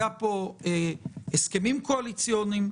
היו פה הסכמים קואליציוניים,